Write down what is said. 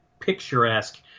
picturesque